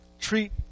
treat